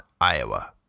Iowa